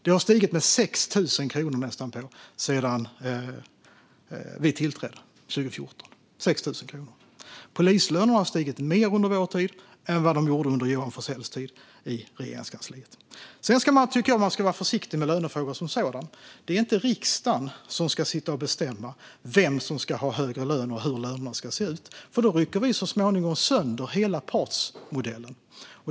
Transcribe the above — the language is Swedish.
Den har stigit med nästan 6 000 kronor sedan vi tillträdde 2014. Polislönerna har stigit mer under vår tid än de gjorde under Johan Forssells tid i Regeringskansliet. Jag tycker att man ska vara försiktig med lönefrågor som sådana. Det är inte riksdagen som ska bestämma vem som ska ha högre lön och hur lönerna ska se ut, för då rycker vi så småningom sönder hela partsmodellen.